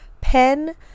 pen